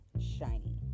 shiny